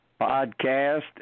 Podcast